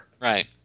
Right